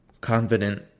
confident